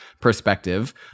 perspective